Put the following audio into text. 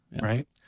right